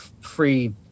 free